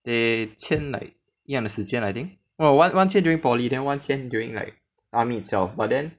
they 签 like 一样的时间 I think oh one 签 during poly then one 签 during like army itself but then